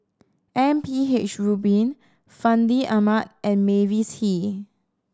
M P H Rubin Fandi Ahmad and Mavis Hee